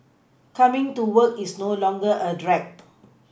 coming to work is no longer a drag